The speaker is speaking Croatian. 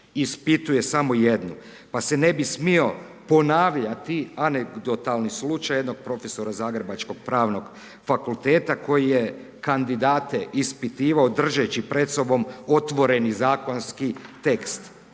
ispituje samo jednu, pa se ne bi smio ponavljati anegdotalni slučaj jednog profesora zagrebačkog pravnog fakulteta koja je kandidate ispitivao, držeći pred sobom otvoreni zakonski tekst.